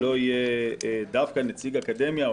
שלא יהיה דווקא נציג אקדמיה,